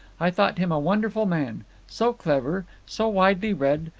i thought him a wonderful man so clever, so widely read,